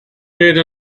made